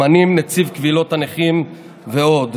ממנים נציב קבילות הנכים ועוד.